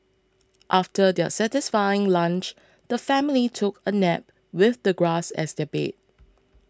after their satisfying lunch the family took a nap with the grass as their bed